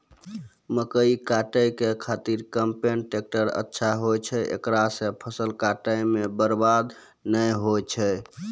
मकई काटै के खातिर कम्पेन टेकटर अच्छा होय छै ऐकरा से फसल काटै मे बरवाद नैय होय छै?